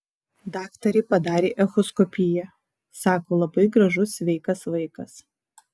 daktarė padarė echoskopiją sako labai gražus sveikas vaikas